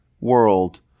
world